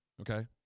okay